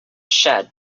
shed